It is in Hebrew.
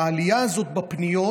העלייה הזאת בפניות,